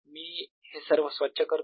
मी हे सर्व स्वच्छ करतो